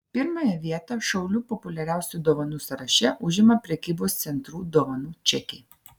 pirmąją vietą šaulių populiariausių dovanų sąraše užima prekybos centrų dovanų čekiai